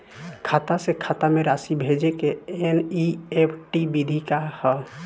खाता से खाता में राशि भेजे के एन.ई.एफ.टी विधि का ह?